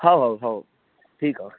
हा हा हा ठीकु आहे